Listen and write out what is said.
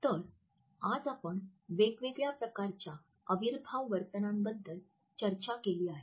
तर आज आपण वेगवेगळ्या प्रकारच्या अविर्भाव वर्तनांबद्दल चर्चा केली आहे